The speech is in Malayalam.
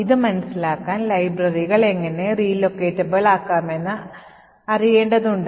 ഇത് മനസിലാക്കാൻ ലൈബ്രറികൾ എങ്ങനെ relocatable ആക്കാമെന്ന് അറിയേണ്ടതുണ്ട്